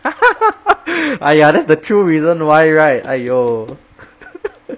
!aiya! that's the true reason why right !aiyo!